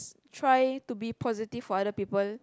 try to be positive for other people